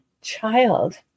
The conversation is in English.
child